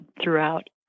throughout